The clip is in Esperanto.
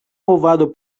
movado